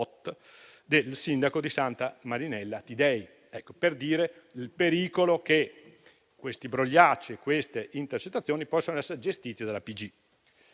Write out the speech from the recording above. del sindaco di Santa Marinella Tidei. Ciò per dire il pericolo che i brogliacci e le intercettazioni possano essere gestite dalla